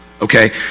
okay